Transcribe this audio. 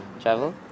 Travel